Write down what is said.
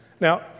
Now